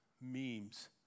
memes